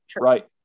right